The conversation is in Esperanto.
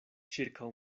ĉirkaŭ